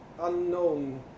unknown